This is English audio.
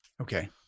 Okay